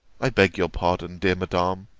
i beg your pardon, dear madam,